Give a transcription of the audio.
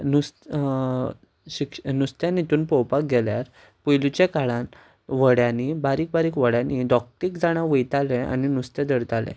नुस्त्यान हितून पळोवपाक गेल्यार पयलींच्या काळान व्हड्यांनी बारीक बारीक व्हड्यांनी दोग तीग जाणां वयताले आनी नुस्तें धरताले